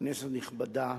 כנסת נכבדה,